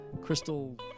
crystal